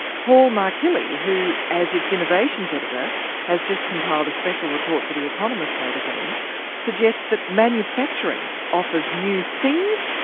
paul markillie, who as its innovations editor has just compiled a special report for the economist magazine suggests that manufacturing offers new things,